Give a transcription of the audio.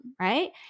right